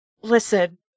listen